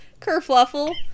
kerfluffle